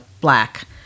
black